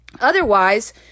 Otherwise